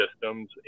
systems